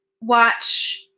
watch